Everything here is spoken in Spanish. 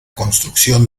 construcción